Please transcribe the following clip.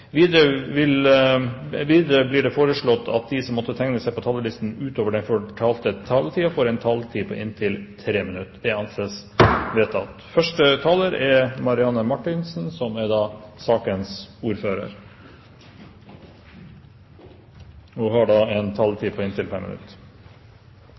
Videre blir det foreslått at de som måtte tegne seg på talerlisten utover den fordelte taletiden, får en taletid på inntil 3 minutter. – Det anses vedtatt. Jeg ønsker å begynne med å gi utenriksministeren ros for en god situasjonsbeskrivelse i sin redegjørelse. Det er